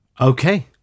Okay